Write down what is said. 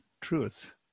Truth